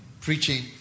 preaching